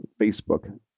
Facebook